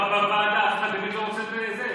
בוועדה זה תמיד עוסק,